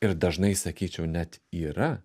ir dažnai sakyčiau net yra